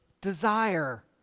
Desire